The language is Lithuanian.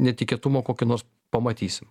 netikėtumo kokį nors pamatysim